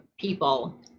people